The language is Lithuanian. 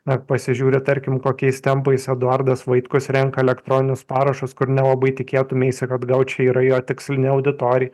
ar pasižiūri tarkim kokiais tempais eduardas vaitkus renka elektroninius parašus kur nelabai tikėtumeisi kad gal čia yra jo tikslinė auditorija